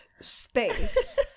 space